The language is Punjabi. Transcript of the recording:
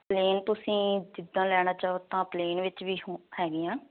ਪਲੇਨ ਤੁਸੀਂ ਜਿੱਦਾਂ ਲੈਣਾ ਚਾਹੋ ਤਾਂ ਪਲੇਨ ਵਿੱਚ ਵੀ ਹੋ ਹੈਗੀਆਂ